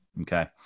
Okay